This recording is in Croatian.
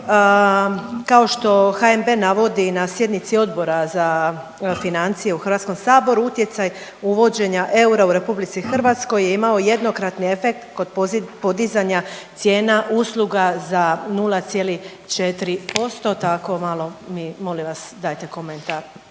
Kao što HNB navodi na sjednici Odbora za financije u Hrvatskom saboru utjecaj uvođenja eura u Republici Hrvatskoj je imao jednokratni efekt kod podizanja cijena usluga za 0,4% tako malo mi molim vas dajte komentar.